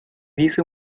dice